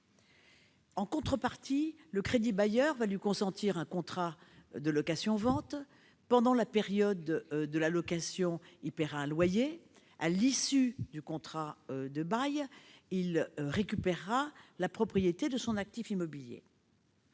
En contrepartie, le crédit-bailleur lui consent un contrat de location-vente. Pendant la période de location, le vendeur paie un loyer ; à l'issue du contrat de bail, il récupère la propriété de son actif immobilier.